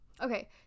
okay